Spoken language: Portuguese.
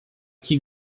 que